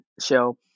show